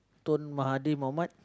Tuan-Mahathir-Mohamad